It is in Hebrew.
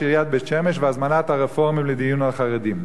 עיריית בית-שמש והזמנת הרפורמים לדיון על חרדים.